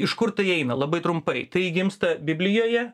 iš kur tai eina labai trumpai tai gimsta biblijoje